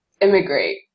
immigrate